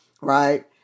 right